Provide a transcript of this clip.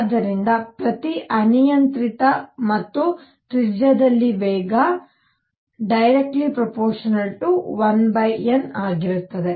ಆದ್ದರಿಂದ ಪ್ರತಿ ಅನಿಯಂತ್ರಿತ ಮತ್ತು ತ್ರಿಜ್ಯದಲ್ಲಿ ವೇಗ 1n ಆಗಿರುತ್ತದೆ